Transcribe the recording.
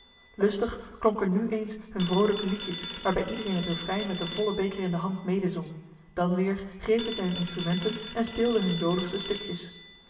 lustig klonken nu eens hunne vroolijk liedjes waarbij iedereen het refrein met den vollen beker in de hand medezong dan weer grepen zij hunne instrumenten en speelden hunne joligste stukjes